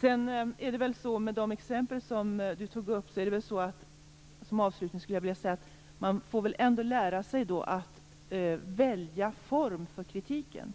Som avslutning vill jag säga att det väl är så med de exempel som Ragnhild Pohanka tog upp att man ändå får lära sig att välja form för kritiken.